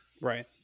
Right